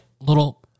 little